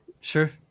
Sure